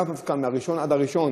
לאו דווקא מ-1 עד 1,